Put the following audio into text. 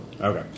Okay